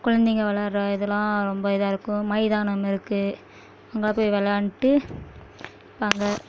குழந்தைங்க விளாட்ற இதெலாம் ரொம்ப இதாக இருக்கும் மைதானம் இருக்குது அங்கேலாம் போய் விளாண்டுட்டு இருப்பாங்க